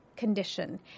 condition